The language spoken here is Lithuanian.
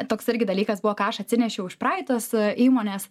toks irgi dalykas buvo ką aš atsinešiau iš praeitos įmonės